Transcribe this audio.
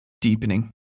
Deepening